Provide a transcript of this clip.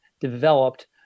developed